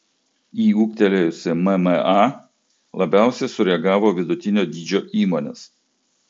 į ūgtelėjusį mma labiausiai sureagavo vidutinio dydžio įmonės